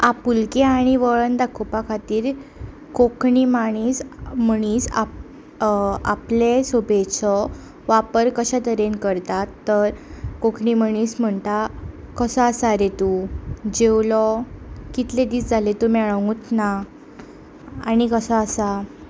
आपुलकी आनी वळण दाखोवपा खातीर कोंकणी मनीस मनीस आं आपले सोबेचो वापर कशे तरेन करता तर कोंकणी मनीस म्हणटा कसो आसा रे तूं जेवलो कितले दीस जाले तूं मेळोकूंत ना आनी कसो आसा